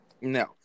No